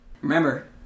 Remember